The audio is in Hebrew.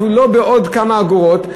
אפילו לא בעוד כמה אגורות,